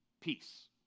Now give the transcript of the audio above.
Peace